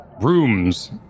rooms